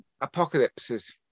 apocalypses